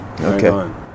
Okay